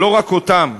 אבל לא רק אותם,